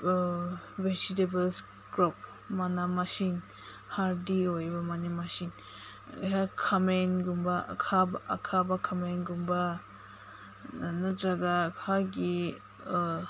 vegetables crop ꯃꯅꯥ ꯃꯁꯤꯡ hardy ꯑꯣꯏꯕ ꯃꯅꯥ ꯃꯁꯤꯡ ꯑꯩꯍꯥꯛ ꯈꯥꯃꯦꯟꯒꯨꯝꯕ ꯑꯈꯥꯕ ꯑꯈꯥꯕ ꯈꯥꯃꯦꯟꯒꯨꯝꯕ ꯅꯠꯇ꯭ꯔꯒ ꯑꯩꯈꯣꯏꯒꯤ